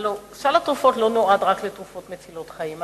הלוא סל התרופות לא נועד רק לתרופות מצילות חיים.